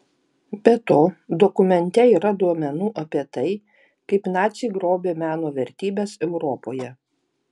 be to dokumente yra duomenų apie tai kaip naciai grobė meno vertybes europoje